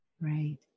Right